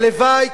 הלוואי,